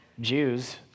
Jews